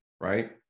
right